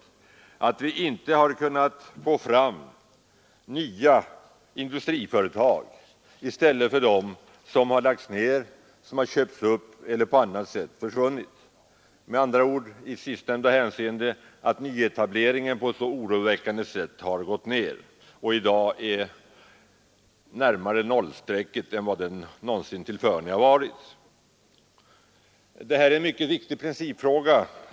Dessutom har man inte kunnat få fram nya industriföretag i stället för dem som lagts ned, köpts upp eller på annat sätt upphört att finnas till. Nyetableringen har med andra ord gått ner på ett oroväckande sätt och är i dag närmare nollstrecket än vad den någonsin tillförne har varit. Det gäller här, herr talman, en mycket viktig principfråga.